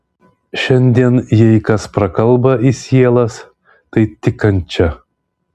šiandien jei kas prakalba į sielas tai tik kančia